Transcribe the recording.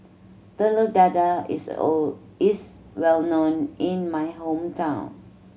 Telur Dadah is O is well known in my hometown